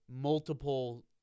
multiple